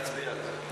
צריך להצביע על זה.